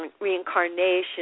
reincarnation